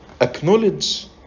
Acknowledge